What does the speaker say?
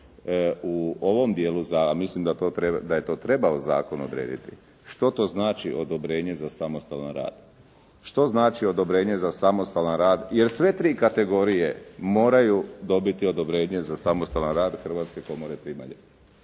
u ovom dijelu za, mislim da je to trebao zakon odrediti, što to znači odobrenje za samostalan rad. Što znači odobrenje za samostalan rad, jer sve tri kategorije moraju dobiti odobrenje za samostalan rad Hrvatske komore primalja.